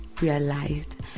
realized